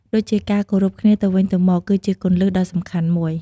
ដូចជាការគោរពគ្នាទៅវិញទៅមក គឺជាគន្លឹះដ៏សំខាន់មួយ។